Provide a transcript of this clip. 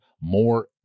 more